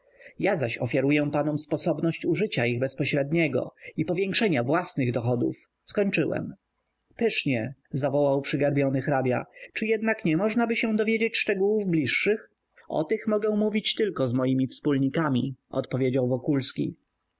ja zaś ofiaruję panom sposobność użycia ich bezpośredniego i powiększenia własnych dochodów skończyłem pysznie zawołał przygarbiony hrabia czy jednak nie możnaby dowiedzieć się szczegółów bliższych o tych mogę mówić tylko z moimi wspólnikami odpowiedział wokulski